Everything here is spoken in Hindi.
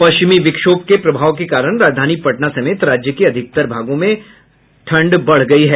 पश्चिमी विक्षोभ के प्रभाव के कारण राजधानी पटना समेत राज्य के अधिकतर भागों में सर्दी बढ़ गयी है